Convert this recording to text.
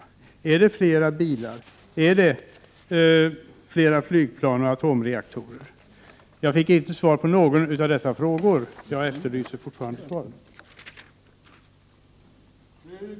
Gäller det fler bilar, eller fler flygplan eller fler atomreaktorer? Jag har, som sagt, inte fått svar på någon av mina frågor. Därför efterlyser jag fortfarande svar på dessa.